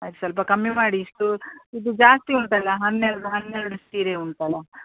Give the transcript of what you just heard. ಆಯ್ತು ಸ್ವಲ್ಪ ಕಮ್ಮಿ ಮಾಡಿ ಇಷ್ಟು ಇದು ಜಾಸ್ತಿ ಉಂಟಲ್ಲಾ ಹನ್ನೆರಡು ಹನ್ನೆರಡು ಸೀರೆ ಉಂಟಲ್ಲ